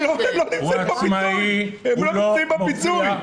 הם לא נמצאים בפיצוי.